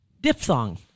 diphthong